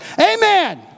Amen